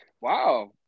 Wow